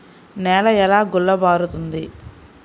నేల ఎలా గుల్లబారుతుంది?